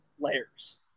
layers